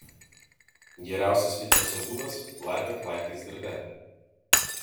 geriausias fitneso būdas laipiok laiptais darbe